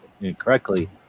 incorrectly